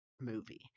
movie